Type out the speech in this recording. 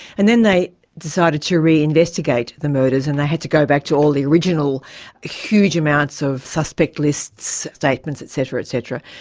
and then they decided to reinvestigate the murders and they had to go back to all the original huge amounts of suspect lists, statements, etc, etc.